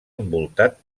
envoltat